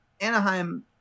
Anaheim